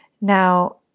Now